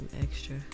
extra